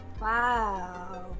Wow